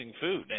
food